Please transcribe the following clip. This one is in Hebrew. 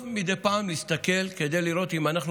טוב מדי פעם להסתכל כדי לראות אם אנחנו